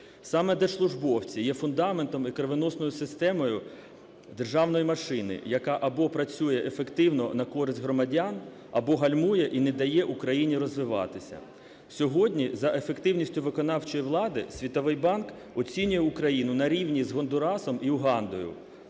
Саме держслужбовці є фундаментом і "кровоносною системою" державної машини, яка або працює ефективно на користь громадян, або гальмує і не дає Україні розвиватися. Сьогодні за ефективністю виконавчої влади Світовий банк оцінює Україну на рівні з Гондурасом і Угандою.